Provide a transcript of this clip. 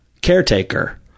caretaker